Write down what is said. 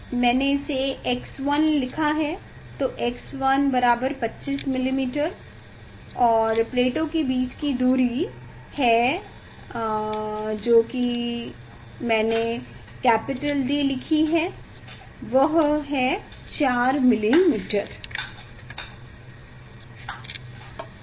मैंने लिखा है x1 तो x1 25 मिलीमीटर है और प्लेटों के बीच की दूरी है जो कि मैंने कैपिटल D लिखी है वह 4 मिलीमीटर है